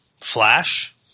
Flash